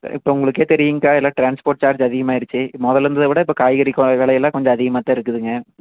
இப்போ உங்களுக்கே தெரியும்க்கா எல்லா ட்ரான்ஸ்போர்ட் சார்ஜ் அதிகமாயிடுச்சு முதல்ல இருந்ததை விட இப்போ காய்கறி விலையெல்லாம் கொஞ்சம் அதிகமாகத்தான் இருக்குதுங்க